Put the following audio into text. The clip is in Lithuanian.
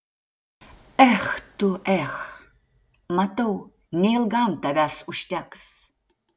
ech tu ech matau neilgam tavęs užteks